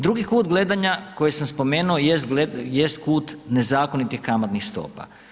Drugi kut gledanja koji sam spomenu jest kut nezakonitih kamatnih stopa.